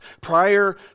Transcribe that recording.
prior